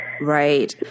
Right